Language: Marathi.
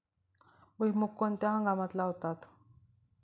भुईमूग कोणत्या हंगामात लावतात?